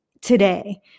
today